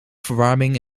verwarming